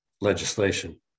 legislation